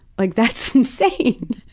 like that's insane.